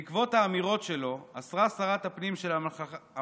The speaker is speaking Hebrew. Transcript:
בעקבות האמירות שלו אסרה שרת הפנים של הממלכה